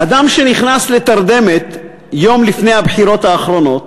אדם שנכנס לתרדמת יום לפני הבחירות האחרונות